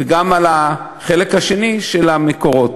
וגם על החלק השני של המקורות.